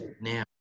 now